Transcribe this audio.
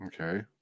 Okay